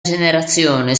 generazione